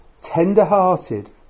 Tender-hearted